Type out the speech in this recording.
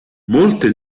molte